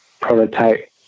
prototype